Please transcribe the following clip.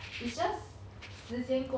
so you will continue learn how to dance